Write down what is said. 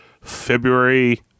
February